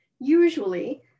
Usually